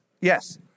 yes